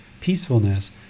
peacefulness